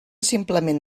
simplement